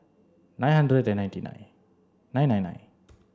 nine hundred and ninety nine nine nine nine